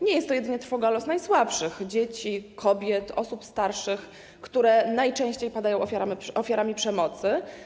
Nie jest to jedynie trwoga o los najsłabszych: dzieci, kobiet, osób starszych, które najczęściej padają ofiarami przemocy.